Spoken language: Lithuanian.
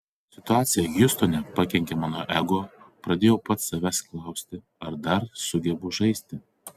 situacija hjustone pakenkė mano ego pradėjau pats savęs klausti ar dar sugebu žaisti